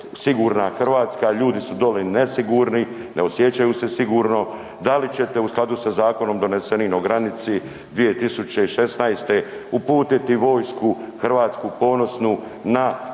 sigurna Hrvatska, ljudi su dolje nesigurni, ne osjećaju se sigurno, da li ćete u skladu sa zakonom donesenim o granici 2016. uputiti vojsku, hrvatsku, ponosnu, na hrvatsku